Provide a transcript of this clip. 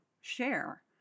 share